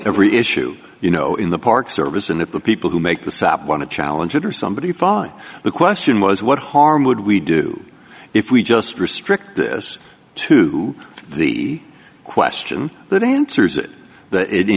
every issue you know in the park service and if the people who make the sap want to challenge it or somebody fine the question was what harm would we do if we just restrict this to the question that answers